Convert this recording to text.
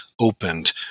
opened